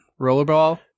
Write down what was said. rollerball